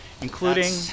including